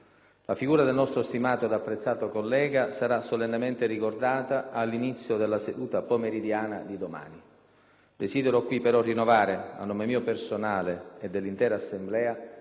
La figura del nostro stimato ed apprezzato collega sarà solennemente ricordata all'inizio della seduta pomeridiana di domani. Desidero qui però rinnovare, a nome mio personale e dell'intera Assemblea,